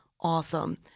awesome